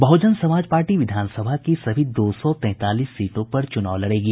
बहुजन Samaj party विधानसभा की सभी दो सौ तैंतालीस सीटों पर च्रनाव लड़ेगी